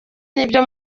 n’ibyo